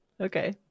Okay